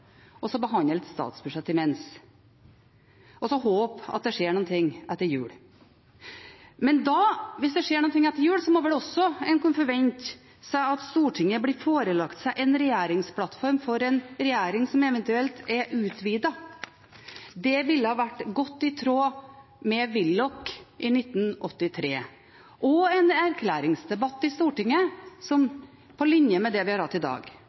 imens og så håpe at det skjer noe etter jul. Men hvis det skjer noe etter jul, må en vel kunne forvente at Stortinget da blir forelagt en regjeringsplattform for en regjering som eventuelt er utvidet – det ville vært godt i tråd med Willoch i 1983 – og at det blir en erklæringsdebatt i Stortinget, på linje med det vi har hatt i dag.